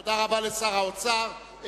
תודה רבה לשר האוצר.